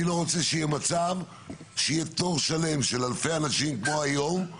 אני לא רוצה שיהיה מצב שיהיה תור שלם של אלפי אנשים כמו היום,